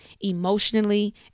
emotionally